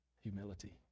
humility